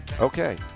Okay